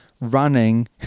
Running